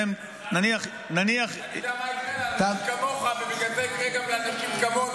אני יודע מה יקרה לאנשים כמוך ובגלל זה יקרה גם לאנשים כמונו,